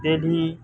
Delhi